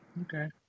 Okay